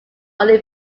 only